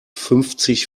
fünfzig